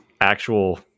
actual